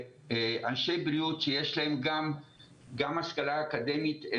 שאנשי בריאות שיש להם גם השכלה אקדמית,